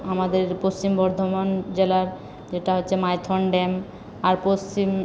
আমাদের পশ্চিম বর্ধমান জেলার যেটা হচ্ছে মাইথন ড্যাম আর পশ্চিম